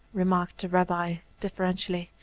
remarked the rabbi, deferentially,